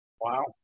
Wow